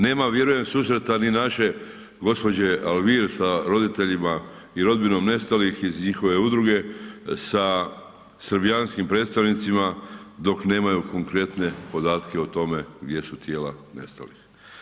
Nema vjerujem susreta ni naše gospođe Alvir sa roditeljima i rodbinom nestalih iz njihove udruge sa srbijanskim predstavnicima dok nemaju konkretne podatke o tome gdje su tijela nestalih.